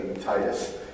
Titus